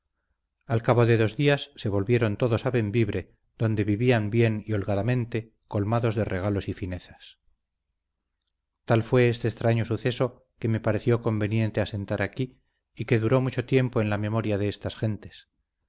al cabo de dos días se volvieron todos a bembibre donde vivían bien y holgadamente colmados de regalos y finezas tal fue este extraño suceso que me pareció conveniente asentar aquí y que duró mucho tiempo en la memoria de estas gentes